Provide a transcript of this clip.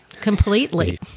completely